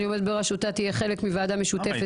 עומדת בראשותה תהיה חלק מוועדה משותפת כזאת,